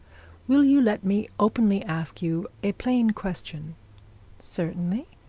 will you let me openly ask you a plain question certainly,